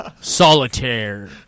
Solitaire